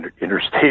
interstate